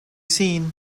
seen